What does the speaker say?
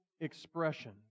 expression